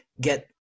get